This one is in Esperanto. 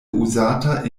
uzata